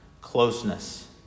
closeness